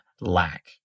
lack